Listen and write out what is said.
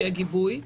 שיהיה גיבוי.